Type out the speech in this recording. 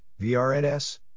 VRNS